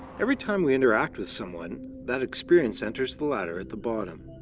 every time we interact with someone, that experience enters the ladder at the bottom.